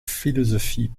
philosophie